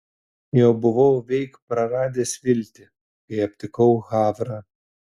jau buvau veik praradęs viltį kai aptikau havrą